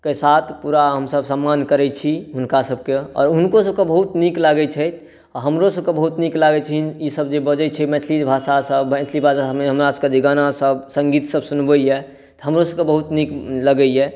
के साथ पूरा हमसब सम्मान करै छी हुनका सबके आओर हुनको सबके बहुत नीक लागै छै आओर हमरो सबके बहुत नीक लागै छै ईसब जे बजै छै जे मैथिली भाषा सब मैथिली भाषा हमरासबके बाजै गाना सब सङ्गीत सब सुनबैए तऽ हमरोसबके बहुत नीक लागैए